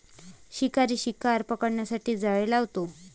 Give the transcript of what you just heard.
शिकारी शिकार पकडण्यासाठी जाळे लावतो